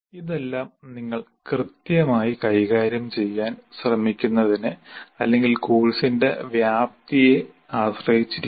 ഇതെല്ലാം നിങ്ങൾ കൃത്യമായി കൈകാര്യം ചെയ്യാൻ ശ്രമിക്കുന്നതിനെ അല്ലെങ്കിൽ കോഴ്സിന്റെ വ്യാപ്തിയെ ആശ്രയിച്ചിരിക്കുന്നു